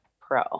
pro